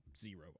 zero